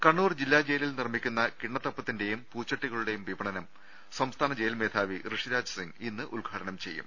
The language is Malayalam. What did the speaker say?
കണ്ണൂർ ജില്ലാ ജയിലിൽ നിർമിക്കുന്ന കിണ്ണത്തപ്പത്തിന്റെയും പൂച്ചട്ടി കളുടെയും വിപണനം സംസ്ഥാന ജയിൽ മേധാവി ഋഷിരാജ് സിങ് ഇന്ന് ഉദ്ഘാടനം ചെയ്യും